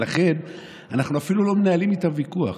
לכן אנחנו אפילו לא מנהלים איתם ויכוח.